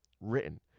written